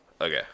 Okay